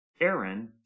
Aaron